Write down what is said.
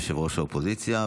יושב-ראש האופוזיציה.